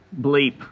bleep